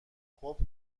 خوب